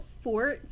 fort